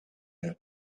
had